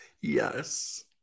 Yes